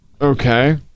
Okay